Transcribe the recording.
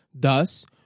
Thus